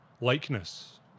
likeness